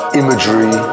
imagery